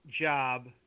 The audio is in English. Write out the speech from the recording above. job